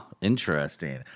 Interesting